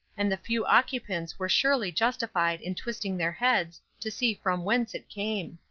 and the few occupants were surely justified in twisting their heads to see from whence it came.